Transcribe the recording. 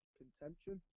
contention